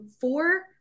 four